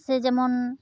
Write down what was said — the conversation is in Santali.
ᱥᱮ ᱡᱮᱢᱚᱱ